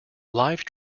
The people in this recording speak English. live